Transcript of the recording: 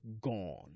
gone